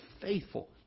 faithful